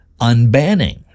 unbanning